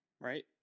Right